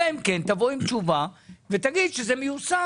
אלא אם כן תבוא עם תשובה ותגיד שזה מיושם.